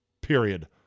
Period